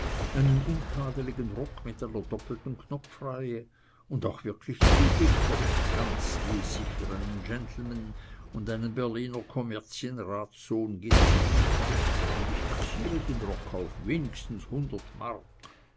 untadeligen rock mit einer doppelten knopfreihe und auch wirklich zugeknöpft ganz wie es sich für einen gentleman und einen berliner kommerzienratssohn geziemt und ich taxiere den rock auf wenigstens hundert mark